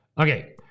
okay